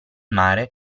mare